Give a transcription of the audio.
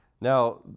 Now